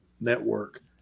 network